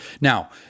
Now